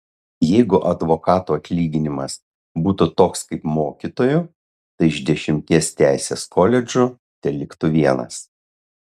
jeigu advokatų atlyginimas būtų toks kaip mokytojų tai iš dešimties teisės koledžų teliktų vienas